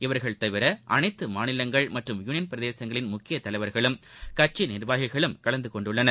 இவர்கள் தவிர அனைத்துமாநிலங்கள் மற்றும் யூனியன் பிரதேசங்களின் முக்கியதலைவர்களும் கட்சிநிர்வாகிகளும் கலந்துகொண்டுள்ளனர்